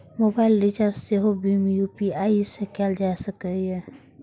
mobile recharge सेहो भीम UPI सं कैल जा सकैए